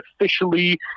officially